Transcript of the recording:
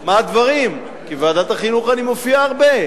מה הדברים, כי בוועדת החינוך אני מופיע הרבה.